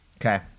Okay